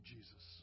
Jesus